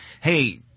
Hey